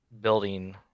building